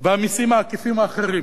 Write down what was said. ובאמצעות המסים העקיפים האחרים.